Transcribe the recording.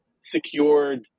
secured